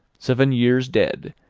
seven years dead,